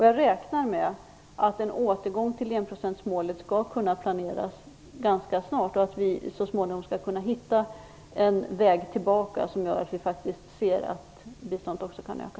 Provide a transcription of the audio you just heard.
Jag räknar med att en återgång till enprocentsmålet skall kunna planeras ganska snart, att vi så småningom skall kunna hitta en väg tillbaka och att biståndet också kommer att kunna öka.